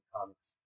comics